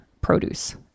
produce